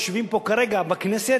יושבים פה כרגע בכנסת,